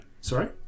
sorry